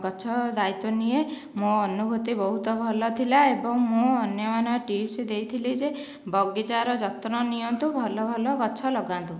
ଗଛ ଦାୟିତ୍ୱ ନିଏ ମୋ ଅନୁଭୂତି ବହୁତ ଭଲ ଥିଲା ଏବଂ ମୁଁ ଅନ୍ୟମାନଙ୍କୁ ଟିପ୍ସ ଦେଇଥିଲି ଯେ ବଗିଚାର ଯତ୍ନ ନିଅନ୍ତୁ ଭଲ ଭଲ ଗଛ ଲଗାନ୍ତୁ